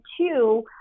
two